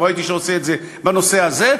לא ראיתי שהוא עושה את זה בנושא הזה.